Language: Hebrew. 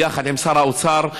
ביחד עם שר האוצר,